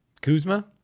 Kuzma